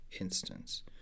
instance